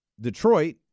Detroit